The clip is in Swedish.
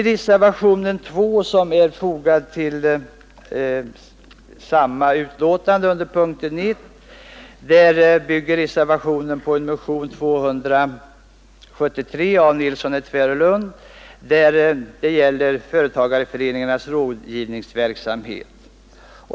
Reservationen 2, som också är fogad till punkten 1 i betänkandet nr 11, bygger på motionen 273 av herr Nilsson i Tvärålund och gäller företagarföreningarnas rådgivningsverksamhet.